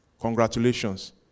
congratulations